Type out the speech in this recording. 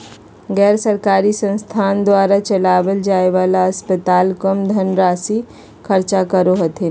गैर सरकारी संस्थान द्वारा चलावल जाय वाला अस्पताल कम धन राशी खर्च करो हथिन